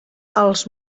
els